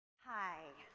hi.